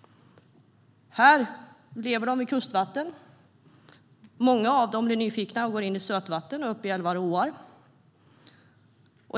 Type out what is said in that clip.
nästan två år. Här lever de i kustvatten. Många av dem blir nyfikna och går in i sötvatten upp i älvar och åar.